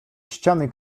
ściany